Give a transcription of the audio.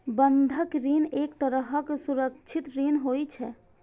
बंधक ऋण एक तरहक सुरक्षित ऋण होइ छै